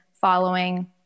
following